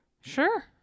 Sure